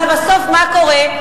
אבל בסוף מה קורה?